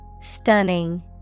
Stunning